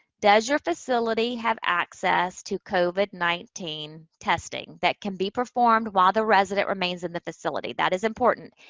does your facility have access to covid nineteen testing that can be performed while the resident remains in the facility? that is important.